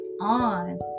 on